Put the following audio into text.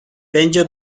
bence